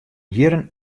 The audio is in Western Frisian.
jierren